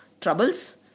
troubles